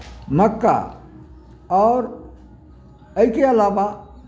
मक्का आओर एहिके अलावा